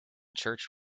church